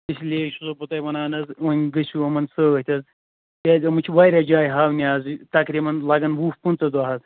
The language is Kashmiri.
اس لیے چھُسو بہٕ تۄہہِ وَنان حظ وۅنۍ گٔژھِو یِمن سۭتۍ حظ تِکیٛازِ یِمَن چھِ واریاہ جایہِ ہاونہِ حظ تَقریٖبَن لَگن وُہ پٔنژھ دۄہ حظ